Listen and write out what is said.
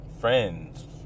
friends